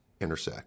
intersect